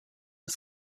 was